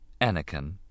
Anakin